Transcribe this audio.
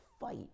fight